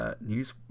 news